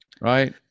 right